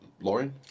Lauren